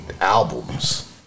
albums